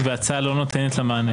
אני התנגדתי.